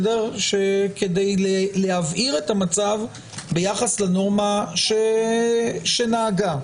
כדי להבהיר את המצב ביחס לנורמה שנהגה.